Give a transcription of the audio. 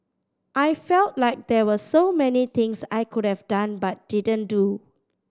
I felt like there were so many things I could have done but didn't do